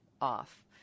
off